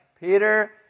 Peter